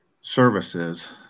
services